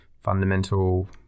fundamental